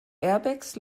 airbags